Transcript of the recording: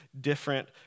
different